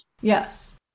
Yes